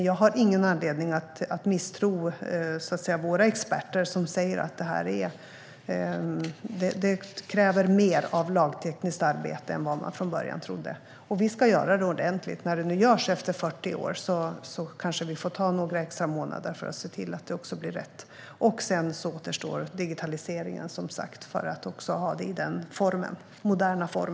Jag har ingen anledning att misstro våra experter, som säger att det krävs mer lagtekniskt arbete än vad man trodde från början. Vi ska göra det ordentligt när det nu genomförs efter 40 år. Då kanske det får ta några extra månader så att det också blir rätt. Sedan återstår som sagt digitaliseringen för att också ha det i en modern form.